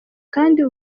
kandi